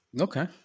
Okay